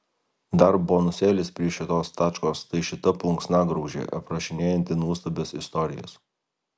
dar bonusėlis prie šitos tačkos tai šita plunksnagraužė aprašinėjanti nuostabias istorijas